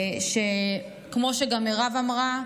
וכמו שגם מירב אמרה,